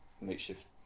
makeshift